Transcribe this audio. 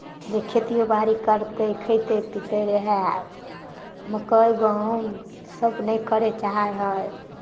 जे खेतिओ बाड़ी करतै खयतै पीतै रहए मकइ गहूँमसभ नहि करय चाहै हइ